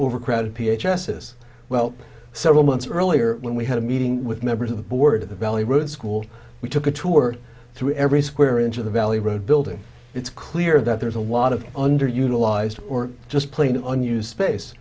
overcrowded p h s is well several months earlier when we had a meeting with members of the board of the valley road school we took a tour through every square inch of the valley road building it's clear that there's a lot of underutilized or just plain on you space